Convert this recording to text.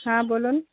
হ্যাঁ বলুন